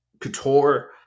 Couture